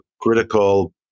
critical